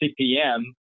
CPM